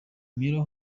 mirror